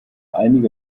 einige